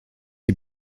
die